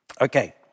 Okay